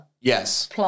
yes